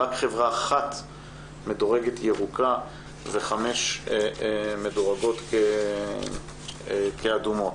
רק חברה אחת מדורגת ירוקה וחמש מדורגות כאדומות.